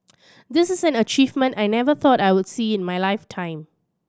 this is an achievement I never thought I would see in my lifetime